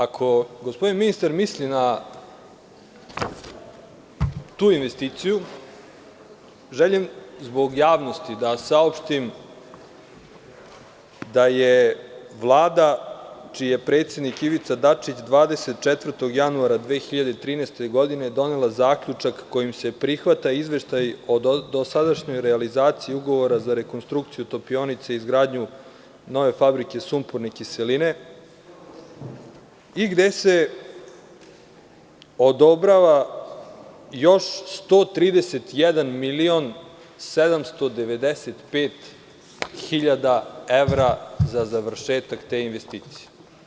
Ako gospodin ministar misli na tu investiciju, želim zbog javnosti da saopštim da je Vlada čiji je predsednik Ivica Dačić 24. januara 2013. godine donela zaključak kojim se prihvata izveštaj o dosadašnjoj realizaciji ugovora za rekonstrukciju topionice i izgradnju nove fabrike sumporne kiseline i gde se odobrava još 131.795 hiljada evra za završetak te investicije.